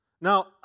Now